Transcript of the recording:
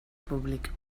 públic